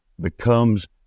becomes